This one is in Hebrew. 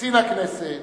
קצין הכנסת,